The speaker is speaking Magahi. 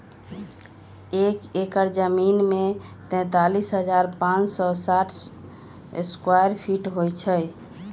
एक एकड़ जमीन में तैंतालीस हजार पांच सौ साठ स्क्वायर फीट होई छई